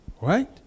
Right